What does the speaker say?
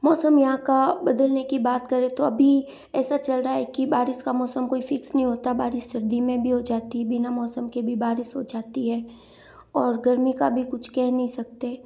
मौसम यहाँ का बदलने की बात करें तो अभी ऐसा चल रहा है कि बारिश का मौसम कोई फ़िक्स नहीं होता बारिश सर्दी में भी हो जाती है बिना मौसम के भी बारिश हो जाती है और गर्मी का भी कुछ कह नहीं सकते